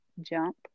jump